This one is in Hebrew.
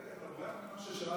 אתה בורח ממה ששאלתי.